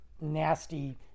nasty